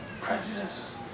prejudice